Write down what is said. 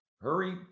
hurry